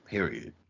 Period